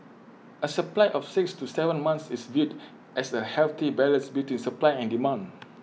A supply of six to Seven months is viewed as A healthy balance between supply and demand